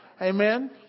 Amen